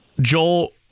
Joel